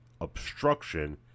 obstruction